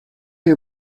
you